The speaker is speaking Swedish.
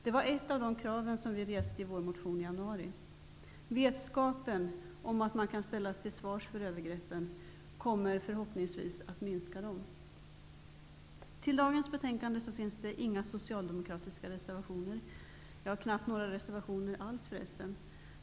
Det var ett av de krav som vi reste i vår motion i januari. Vetskapen om att man kan ställas till svars för övergreppen kommer förhoppningsvis att minska dem. Till dagens betänkande finns inga socialdemokratiska reservationer -- knappt några reservationer alls förresten.